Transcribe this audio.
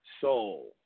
soul